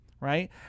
Right